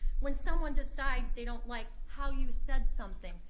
when someone decides they don't like how you said something,